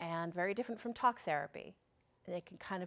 and very different from talk therapy and they can kind